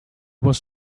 was